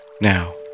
Now